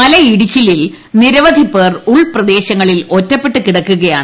മല ഇടിച്ചിലിൽ നിരവധി പേർ ഉൾപ്രദേശങ്ങളിൽ ഒറ്റപ്പെട്ട് കിടക്കുകയാണ്